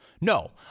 No